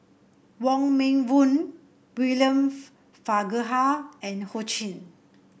Wong Meng Voon William Farquhar and Ho Ching